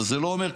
אבל זה לא אומר,